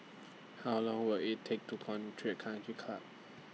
How Long Will IT Take to Country Country Club